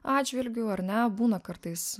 atžvilgiu ar ne būna kartais